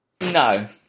No